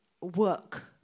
work